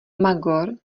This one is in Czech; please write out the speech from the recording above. magor